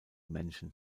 männchen